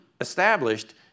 established